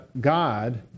God